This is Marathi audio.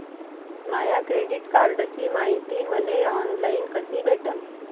माया क्रेडिट कार्डची मायती मले ऑनलाईन कसी भेटन?